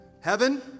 Heaven